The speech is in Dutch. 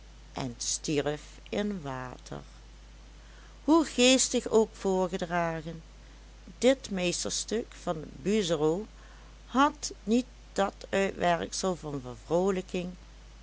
en stierf in water hoe geestig ook voorgedragen dit meesterstuk van buizero had niet dat uitwerksel van